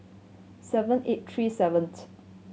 seven eight three seventh